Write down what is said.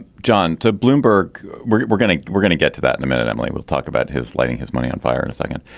john to bloomberg we're we're gonna we're gonna get to that in a minute. emily we'll talk about his lending his money empire in a second